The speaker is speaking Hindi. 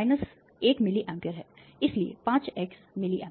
1 मिलीए है इसलिए 5 एक्स मिलीए